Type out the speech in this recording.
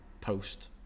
post